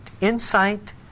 insight